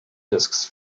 disks